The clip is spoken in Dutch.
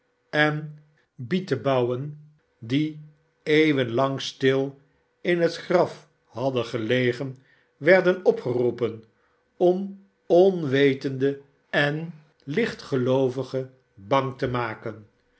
en bietebauwen die eeuwen lang stil in het graf hadden gelegen werden opgeroepen om onwetenden en lichtgeloovigen de heilige zaak bang te maken